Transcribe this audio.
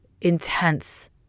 intense